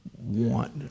want